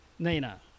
Nina